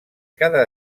cada